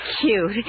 cute